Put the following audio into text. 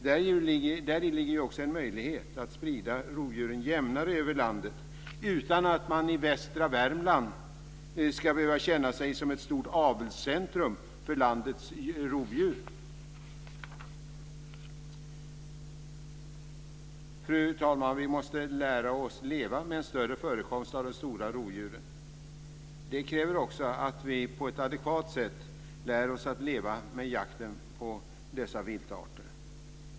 Däri ligger ju också en möjlighet att sprida rovdjuren jämnare över landet utan att man i västra Värmland ska behöva känna sig som ett stort avelscentrum för landets rovdjur. Fru talman! Vi måste lära oss att leva med en större förekomst av de stora rovdjuren. Det kräver också att vi på ett adekvat sätt lär oss att leva med jakten på dessa viltarter.